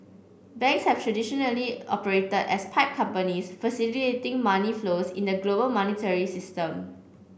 banks have traditionally operated as pipe companies facilitating money flows in the global monetary system